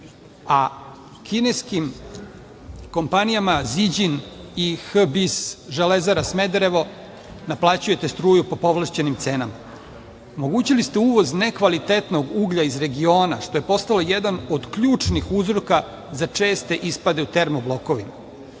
a kineskim kompanijama „Ziđin“ i HBIS Železara Smederevo naplaćujete struju po povlašćenim cenama. Omogućili ste uvoz nekvalitetnog uglja iz regiona, što je postao jedan od ključnih uzroka za česte ispade u termoblokovima.